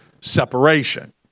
separation